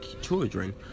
children